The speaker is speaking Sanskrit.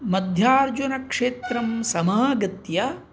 मध्यार्जुनक्षेत्रं समागत्य